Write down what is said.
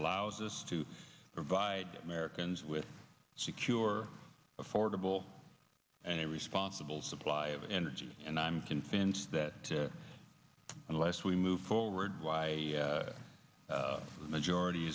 allows us to provide americans with secure affordable and a responsible supply of energy and i'm convinced that unless we move forward the majority